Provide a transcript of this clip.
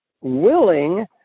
willing